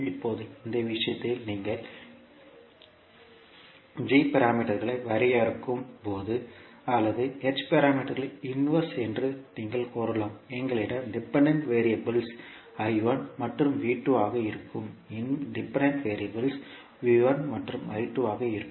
இப்போது இந்த விஷயத்தில் நீங்கள் கிராம் பாராமீட்டர்களை வரையறுக்கும் போது அல்லது h பாராமீட்டர்களின் இன்வர்ஸ் என்று நீங்கள் கூறலாம் எங்களிடம் டிபெண்டன்ட் வெறியபிள்ஸ் மற்றும் ஆக இருக்கும் இன் டிபெண்டன்ட் வெறியபிள்ஸ் மற்றும் ஆக இருக்கும்